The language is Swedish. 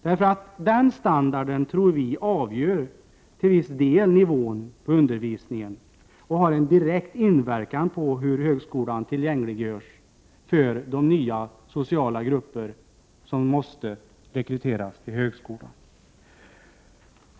Utrustningens standard tror vi till viss del avgör undervisningens nivå och har en direkt inverkan på hur högskolan tillgängliggörs för de nya sociala grupper som måste rekryteras till högskolan.